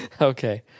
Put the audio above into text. Okay